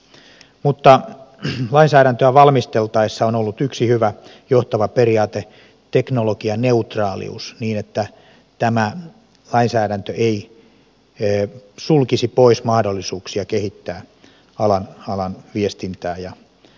mutta lainsäädäntöä valmisteltaessa on ollut yksi hyvä johtava periaate teknologianeutraalius niin että tämä lainsäädäntö ei sulkisi pois mahdollisuuksia kehittää alan viestintää ja toimintaa